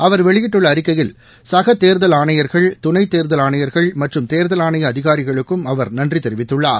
அவர் வெளியிட்டுள்ள அறிக்கையில் கக தேர்தல் ஆணையர்கள் துணைத் தேர்தல் ஆணையர்கள் மற்றும் தேர்தல் ஆணைய அதிகாரிகளுக்கும் அவர் நன்றி தெரிவித்துள்ளார்